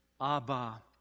Abba